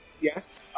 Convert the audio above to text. yes